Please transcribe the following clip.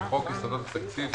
1. בחוק יסודות התקציב,